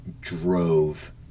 drove